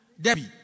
Debbie